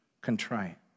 Contrite